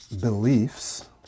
beliefs